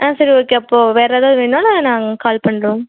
ஆ சரி ஓகே அப்போ வேறு ஏதாவது வேணாலும் நாங்கள் கால் பண்ணுறோம்